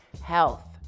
Health